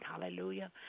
Hallelujah